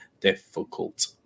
difficult